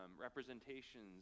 representations